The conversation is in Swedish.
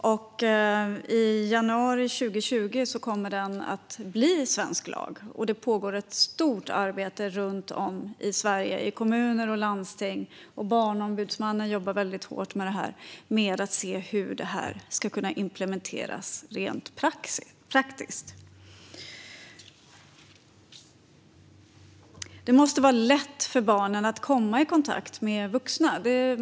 I januari 2020 träder den i kraft som svensk lag, och det pågår ett stort arbete runt om i kommuner och landsting och hos Barnombudsmannen för att se hur den ska implementeras rent praktiskt. Det måste vara lätt för barnen att komma i kontakt med vuxna.